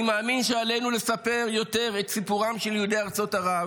אני מאמין שעלינו לספר יותר את סיפורם של יהודי ארצות ערב,